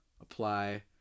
apply